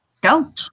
go